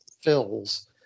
fills